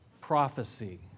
prophecy